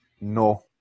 No